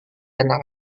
anak